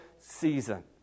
season